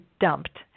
dumped